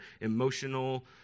emotional